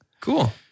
Cool